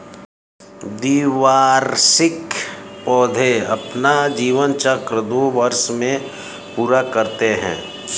द्विवार्षिक पौधे अपना जीवन चक्र दो वर्ष में पूरा करते है